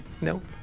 Nope